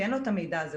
כי אין לו את המידע הזה,